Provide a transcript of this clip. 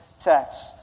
text